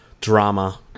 drama